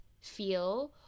feel